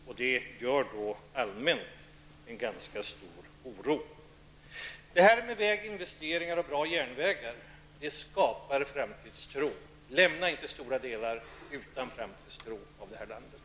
Detta medför allmänt ganska stor oro. Det här med väginvesteringar och bra järnvägar skapar framtidstro. Lämna inte stora delar av landet utan framtidstro!